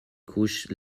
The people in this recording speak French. couches